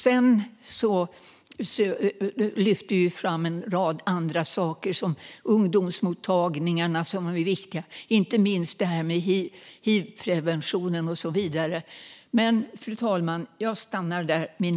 Vi lyfter också fram en rad andra saker, som ungdomsmottagningarna, som är viktiga, och inte minst hivpreventionen.